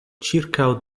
ĉirkaŭ